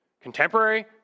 Contemporary